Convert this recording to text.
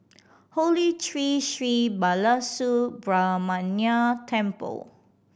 Holy Tree Sri Balasubramaniar Temple